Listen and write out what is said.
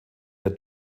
der